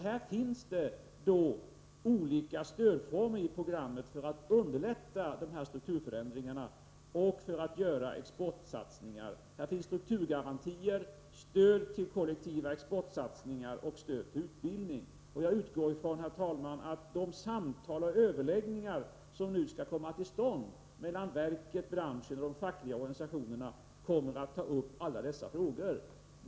Här finns i programmet olika stödformer för att underlätta strukturförändringar och exportsatsningar. Det finns strukturgarantier, stöd till kollektiva exportsatsningar och stöd till utbildning. Jag utgår ifrån, herr talman, att de samtal och överläggningar som nu skall komma till stånd mellan verket, branschen och de fackliga organisationerna kommer att ta upp alla dessa frågor.